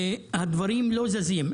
והדברים לא זזים,